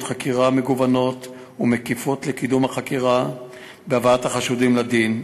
חקירה מגוונות ומקיפות לקידום החקירה ולהבאת החשודים לדין.